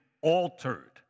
altered